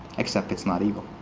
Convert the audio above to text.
except it's not evil.